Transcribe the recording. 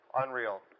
unreal